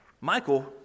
Michael